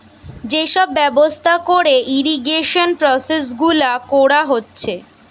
যে সব ব্যবস্থা কোরে ইরিগেশন প্রসেস গুলা কোরা হচ্ছে